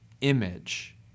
image